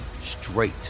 straight